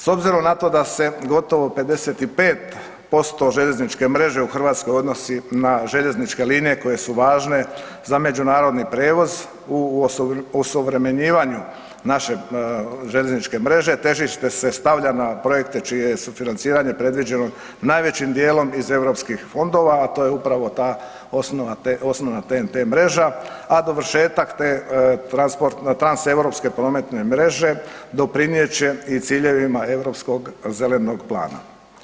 S obzirom na to da se gotovo 55% željezničke mreže u Hrvatskoj odnosi na željezničke linije koje su važne za međunarodni prijevoz, u osuvremenjivanju naše željezničke mreže težište se stavlja na projekte čije je sufinanciranje predviđeno najvećim dijelom iz EU fondova, a to je upravo ta osnovna TNT mreža, a dovršetak te transeuropske prometne mreže doprinijet će i ciljevima Europskog zelenog plana.